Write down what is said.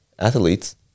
athletes